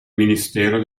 ministero